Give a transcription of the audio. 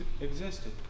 existed